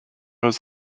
was